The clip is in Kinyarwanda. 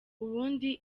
ubundi